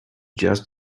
just